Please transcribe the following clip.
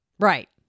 Right